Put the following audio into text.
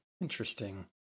Interesting